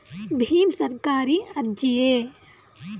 ಭೀಮ್ ಸರ್ಕಾರಿ ಅರ್ಜಿಯೇ?